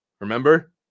Remember